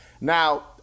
Now